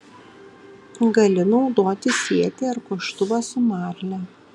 gali naudoti sietį ar koštuvą su marle